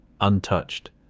untouched